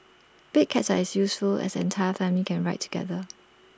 big cabs are useful as the entire family can ride together